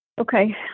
Okay